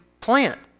plant